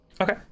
Okay